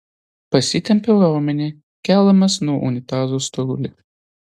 pasitempiau raumenį keldamas nuo unitazo storulį